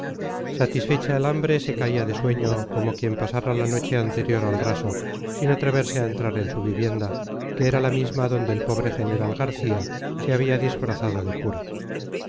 satisfecha el hambre se caía de sueño como quien pasara la noche anterior al raso sin atreverse a entrar en su vivienda que era la misma donde el pobre general garcía se había disfrazado de cura